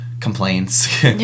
complaints